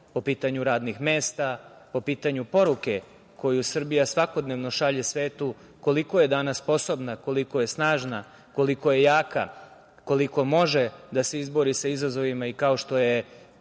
po pitanju radnih mesta, po pitanju poruke koju Srbija svakodnevno šalje svetu, koliko je danas sposobna, koliko je snažna, koliko je jaka, koliko može da se izbori sa izazovima i kao što je